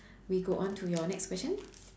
we go on to your next question